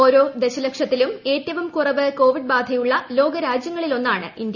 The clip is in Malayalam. ഓരോ ദശലക്ഷത്തിലും ഏറ്റവും കുറവ് കോവിഡ് ബാധയുള്ള ലോക്രാജ്യങ്ങളിലൊന്നാണ് ഇന്ത്യ